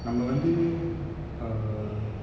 நம்ம வந்து:namma vanthu err